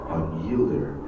Unyielder